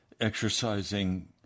exercising